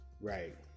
Right